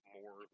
more